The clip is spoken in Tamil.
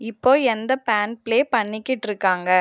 இப்போ எந்த பேன்ட் ப்ளே பண்ணிகிட்டியிருக்காங்க